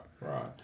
right